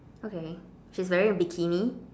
okay she's a wearing bikini